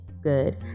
good